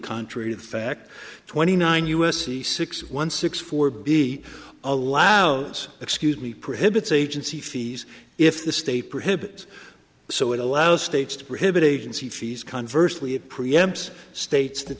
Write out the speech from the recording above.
contrary to the fact twenty nine u s c six one six four b allows excuse me prohibits agency fees if the state prohibits so it allows states to prohibit agency fees conversely it preempts states that